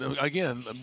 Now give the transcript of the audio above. again